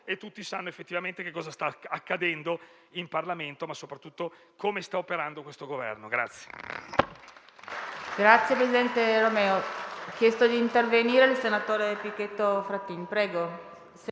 e tutti possano sapere effettivamente cosa sta accadendo in Parlamento, ma soprattutto come sta operando questo Governo.